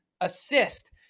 assist